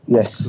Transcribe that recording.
Yes